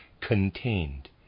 contained